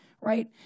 right